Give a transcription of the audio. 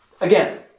again